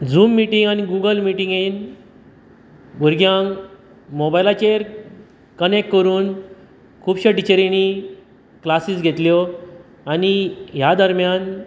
zoom meeting आनी Google मिटिंगेन भुरग्यांक मोबायलाचेर कन्नेक्ट करून खुबश्या टिचरांनी क्लासीज घेतल्यो आनी ह्या दरमेयान